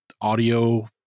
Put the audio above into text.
audio